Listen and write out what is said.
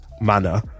manner